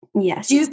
Yes